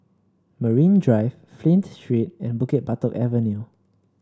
Marine Drive Flint Street and Bukit Batok Avenue